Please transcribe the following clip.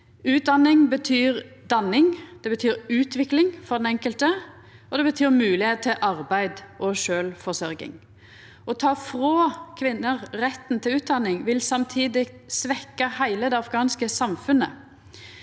Utdanning betyr danning, det betyr utvikling for den enkelte, og det betyr moglegheit til arbeid og til å forsørgja seg sjølv. Å ta frå kvinner retten til utdanning vil samtidig svekkja heile det afghanske samfunnet.